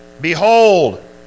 behold